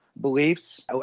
beliefs